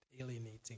alienating